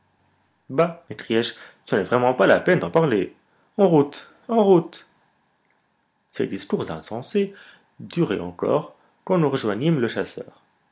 bah m'écriai-je ce n'est vraiment pas la peine d'en parler en route en route ces discours insensés duraient encore quand nous rejoignîmes le chasseur